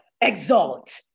exalt